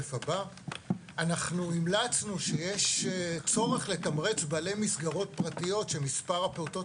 אנחנו המלצנו שיש צורך לתמרץ בעלי מסגרות פרטיות שמספר הפעוטות